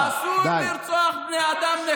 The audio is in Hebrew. לא יעזור, אסור לרצוח בני אדם.